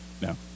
no